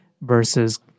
versus